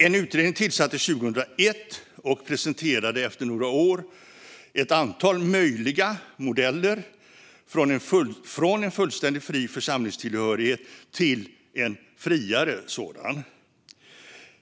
En utredning tillsattes 2001 och presenterade efter några år ett antal möjliga modeller från en fullständigt fri församlingstillhörighet till en friare sådan.